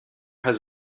has